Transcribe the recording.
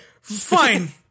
Fine